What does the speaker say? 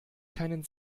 keinen